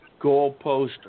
goalpost